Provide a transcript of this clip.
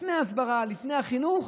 לפני הסברה ולפני חינוך